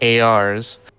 ars